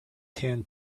tan